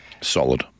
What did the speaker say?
Solid